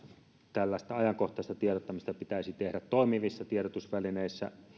tällaista ajankohtaista tiedottamista pitäisi tehdä toimivissa tiedotusvälineissä